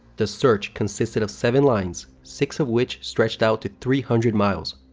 the search consisted of seven lines, six of which stretched out to three hundred miles.